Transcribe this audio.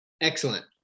Excellent